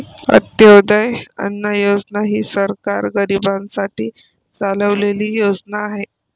अंत्योदय अन्न योजना ही सरकार गरीबांसाठी चालवलेली योजना आहे